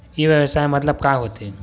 ई व्यवसाय मतलब का होथे?